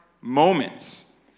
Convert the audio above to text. moments